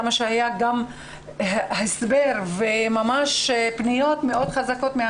למרות שהיה הסבר והיו פניות רבות מן